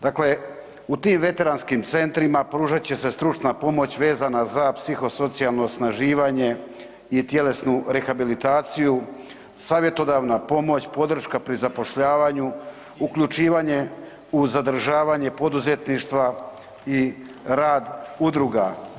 Dakle, u tim veteranskim centrima pružat će se stručna pomoć vezana za psiho-socijalno osnaživanje i tjelesnu rehabilitaciju, savjetodavna pomoć, podrška pri zapošljavanju, uključivanje u zadržavanje poduzetništva i rad udruga.